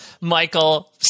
Michael